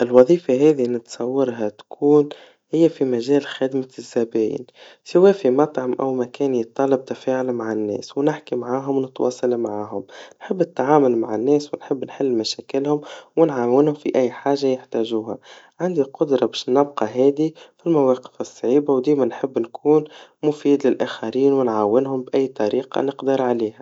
الوظيفا هذي نتصورها تكون, هي في مجال خدمة الزباين, سوا في مطعم أو يتطلب تفاعل مع الناس, ونحكي معاهم ونتواصل معاهم, نحب التعامل مع الناس, ونحب نحل مشاكلهم, ونعاونهم في أي حاجا يحتاجوها, هعندي قدرا باش نبقى هادي في المواقف الصعيبا, وديما نحب نكون مفيد للآخرين, ونعاونهم بأي طريقا نقدر عليها.